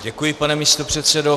Děkuji, pane místopředsedo.